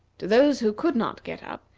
to those who could not get up,